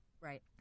Right